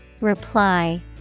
Reply